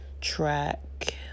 track